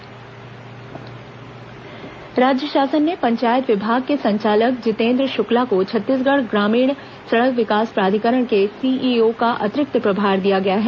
फेरबदल राज्य शासन ने पंचायत विभाग के संचालक जितेंद्र शुक्ला को छत्तीसगढ़ ग्रामीण सड़क विकास प्राधिकरण के सीईओ का अतिरिक्त प्रभार दिया है